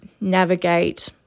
navigate